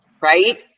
right